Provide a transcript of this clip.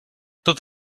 tot